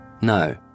No